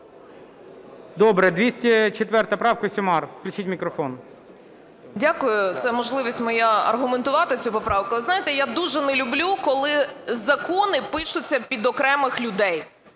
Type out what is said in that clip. Добре. 204 правка, Сюмар. Включіть мікрофон. 13:21:47 СЮМАР В.П. Дякую. Це можливість моя аргументувати цю поправку. Ви знаєте, я дуже не люблю, коли закони пишуться під окремих людей.